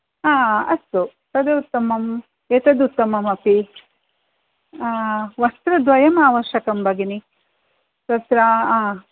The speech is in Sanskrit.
आ अस्तु तद् उत्तमम् एतद् उत्तमम् अपि वस्त्रद्वयम् आवश्यकं भगिनि तत्र